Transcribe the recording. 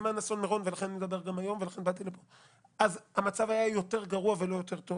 בזמן אסון מירון אז המצב היה יותר גרוע ולא יותר טוב